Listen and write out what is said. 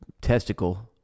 testicle